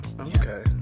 okay